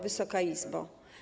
Wysoka Izbo!